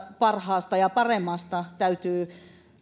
parhaasta ja paremmasta täytyy